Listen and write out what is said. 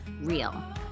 real